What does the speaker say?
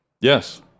Yes